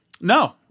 No